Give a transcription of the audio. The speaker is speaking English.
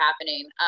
happening